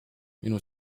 minu